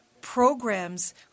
programs